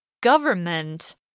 Government